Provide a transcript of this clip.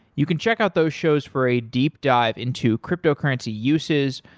you can check out those shows for a deep dive into crypto currency uses,